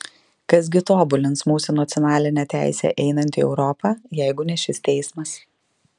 kas gi tobulins mūsų nacionalinę teisę einant į europą jeigu ne šis teismas